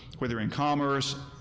whether in commerce,